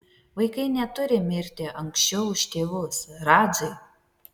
vaikai neturi mirti anksčiau už tėvus radžai